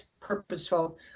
purposeful